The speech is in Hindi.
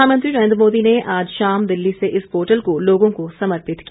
प्रधानमंत्री नरेंद्र मोदी ने आज शाम दिल्ली से इस पोर्टल को लोगों को समर्पित किया